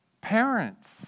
parents